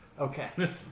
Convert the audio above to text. Okay